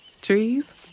Trees